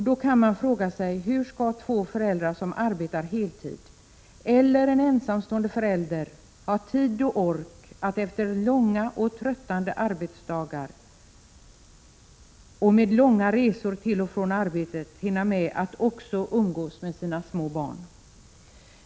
Då kan man fråga sig: Hur skall två föräldrar som arbetar heltid eller en ensamstående förälder ha tid och ork efter långa och tröttande arbetsdagar och med långa resor till och från arbetet hinna med att också umgås med sina små barn?